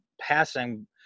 passing